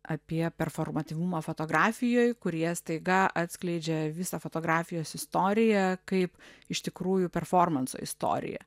apie performatyvumą fotografijoj kurie staiga atskleidžia visą fotografijos istoriją kaip iš tikrųjų performanso istoriją